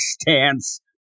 stance